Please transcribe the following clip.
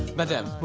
madame.